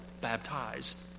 Baptized